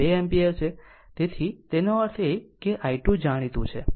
તેથી તેનો અર્થ એ છે કે i2 જાણીતું છે